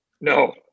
No